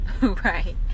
right